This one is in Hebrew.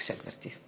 בבקשה, גברתי.